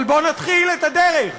אבל בואו ונתחיל את הדרך.